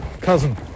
cousin